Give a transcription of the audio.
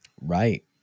Right